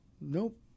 nope